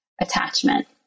attachment